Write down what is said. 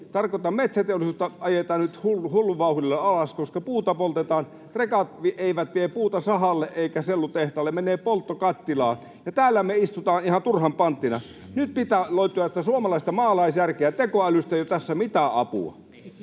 Tarkoitan metsäteollisuutta, jota ajetaan nyt hullun vauhdilla alas, koska puuta poltetaan. Rekat eivät vie puuta sahalle eivätkä sellutehtaalle, se menee polttokattilaan, ja täällä me istutaan ihan turhan panttina. Nyt pitää löytyä sitä suomalaista maalaisjärkeä, tekoälystä ei ole tässä mitään apua.